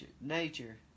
nature